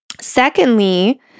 Secondly